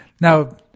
Now